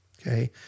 okay